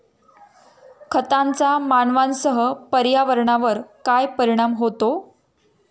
खतांचा मानवांसह पर्यावरणावर काय परिणाम होतो?